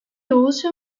also